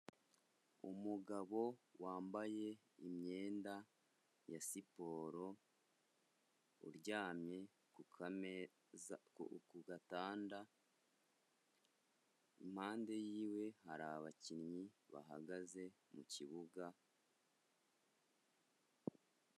Umugabo wambaye imyenda ya siporo uryamye ku kameza, ku gatanda impande y'iwe hari abakinnyi bahagaze mu kibuga.